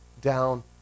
down